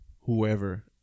whoever